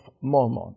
Mormon